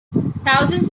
thousands